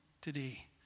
today